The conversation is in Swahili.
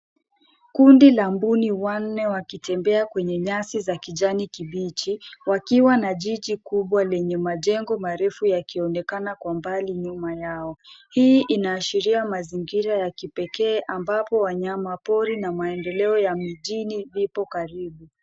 Kundi la mbuni wanne wakitembea kwenye nyasi za kijani kibichi wakiwa na jiji kubwa lenye majengo marefu yakionekana kwa mbali nyuma yao. Hii inaashiria mazingira ya kipekee ambapo wanyamapori na maendeleao ya mjini zipo karibu.